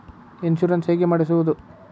Insurance ಹೇಗೆ ಮಾಡಿಸುವುದು?